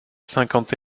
cinquante